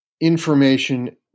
information